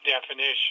definition